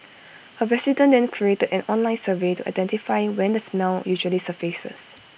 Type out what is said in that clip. A resident then created an online survey to identify when the smell usually surfaces